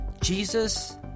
Jesus